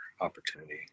opportunity